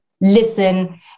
listen